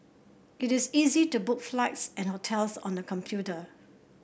it is easy to book flights and hotels on the computer